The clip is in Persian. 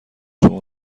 شما